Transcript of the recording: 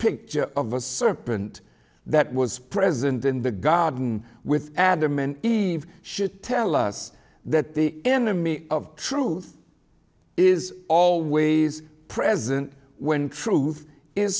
picture of a serpent that was present in the garden with adam and eve should tell us that the enemy of truth is always present when truth is